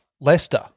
Leicester